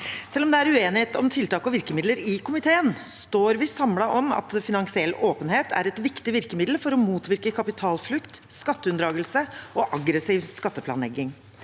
Selv om det er uenighet om tiltak og virkemidler i komiteen, står vi samlet om at finansiell åpenhet er et viktig virkemiddel for å motvirke kapitalflukt, skatteunndragelse og aggressiv skatteplanlegging.